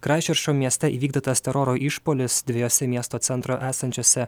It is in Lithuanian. kraisčerčo mieste įvykdytas teroro išpuolis dviejose miesto centro esančiose